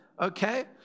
Okay